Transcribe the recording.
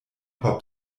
hop